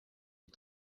est